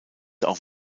auch